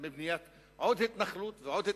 מבניית עוד התנחלות ועוד התנחלות.